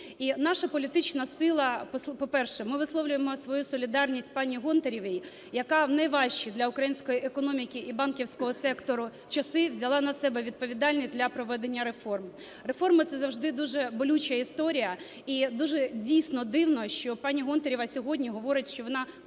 наша політична сила, по-перше, ми висловлюємо свою солідарність пані Гонтаревій, яка в найважчі для української економіки і банківського сектору часи взяла на себе відповідальність для проведення реформ. Реформи – це завжди дуже болюча історія. І дуже, дійсно, дивно, що пані Гонтарева сьогодні говорить, що вона постійно